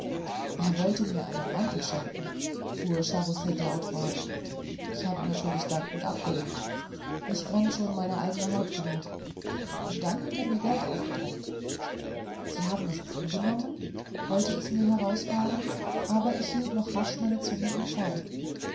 er wollte mir einen mantel schenken fuhr charousek laut fort ich habe natürlich dankend abgelehnt mich brennt schon meine eigene haut genug und dann hat er mir geld aufgedrängt sie haben es angenommen wollte es mir herausfahren aber ich hielt noch rasch meine zunge im zaum